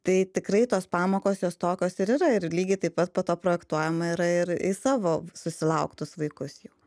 tai tikrai tos pamokos jos tokios ir yra ir lygiai taip pat po to projektuojama yra ir į savo susilauktus vaikus jau